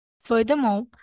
Furthermore